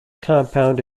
compound